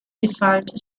defined